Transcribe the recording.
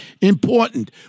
important